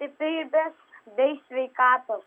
stiprybės bei sveikatos